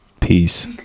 peace